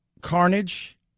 Carnage